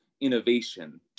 innovation